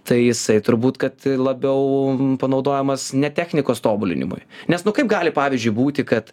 tai jisai turbūt kad labiau panaudojamas ne technikos tobulinimui nes nu kaip gali pavyzdžiui būti kad